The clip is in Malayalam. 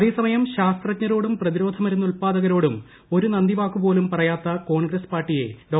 അതേസമയം ശാസ്ത്രജ്ഞരോടും പ്രതിരോധ മരുന്ന് ഉത്പാദകരോടും ഒരു നന്ദി വാക്ക് പോലും പറയാത്ത കോൺഗ്രസ് പാർട്ടിയെ ഡോ